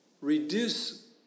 reduce